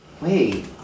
wait